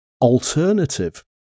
alternative